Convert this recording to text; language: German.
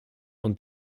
und